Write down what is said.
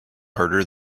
harder